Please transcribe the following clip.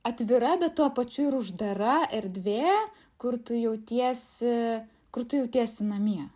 atvira bet tuo pačiu ir uždara erdvė kur tu jautiesi kur tu jautiesi namie